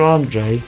Andre